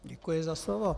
Děkuji za slovo.